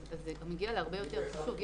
אז אתה מגיע להרבה יותר תקצוב.